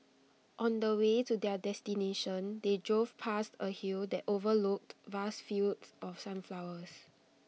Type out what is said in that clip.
on the way to their destination they drove past A hill that overlooked vast fields of sunflowers